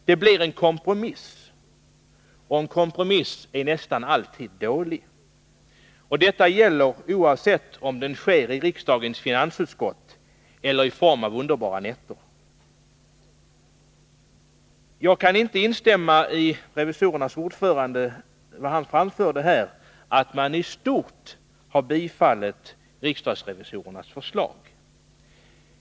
Det blir en kompromiss, och en kompromiss är nästan alltid dålig. Detta gäller oavsett om kompromissen sker i riksdagens finansutskott eller under underbara nätter. Jag kan inte instämma i vad revisorernas ordförande sade här i kammaren, nämligen att man i stort har bifallit riksdagsrevisorernas förslag.